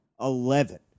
Eleven